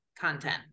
content